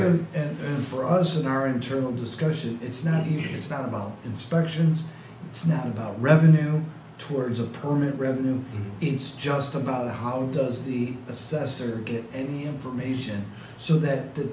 younger and for us in our internal discussion it's not easy it's not about inspections it's not about revenue towards a permanent revenue it's just about how does the assessor get any information so that the